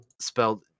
spelled